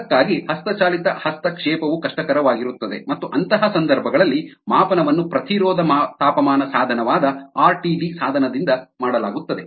ಅದಕ್ಕಾಗಿ ಹಸ್ತಚಾಲಿತ ಹಸ್ತಕ್ಷೇಪವು ಕಷ್ಟಕರವಾಗಿರುತ್ತದೆ ಮತ್ತು ಅಂತಹ ಸಂದರ್ಭಗಳಲ್ಲಿ ಮಾಪನವನ್ನು ಪ್ರತಿರೋಧ ತಾಪಮಾನ ಸಾಧನವಾದ ಆರ್ಟಿಡಿ ಸಾಧನದಿಂದ ಮಾಡಲಾಗುತ್ತದೆ